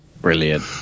Brilliant